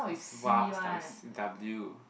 it's !wah! it starts with C W